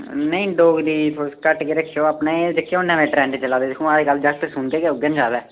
नेईं डोगरी तुस घट्ट गै रक्खेओ अपने दिक्खेओ हून नमें ट्रेंड चला दे दिक्खोआं अजकल जागत सुनदे गै उ'ऐ न जैदा